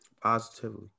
Positively